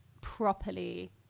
properly